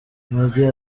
meddy